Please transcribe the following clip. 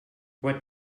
what